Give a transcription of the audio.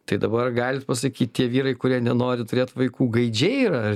tai dabar galit pasakyt tie vyrai kurie nenori turėt vaikų gaidžiai yra ar